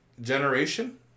Generation